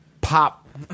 pop